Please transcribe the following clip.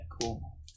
Cool